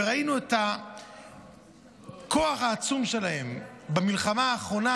וראינו את הכוח העצום שלהם במלחמה האחרונה,